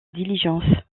diligence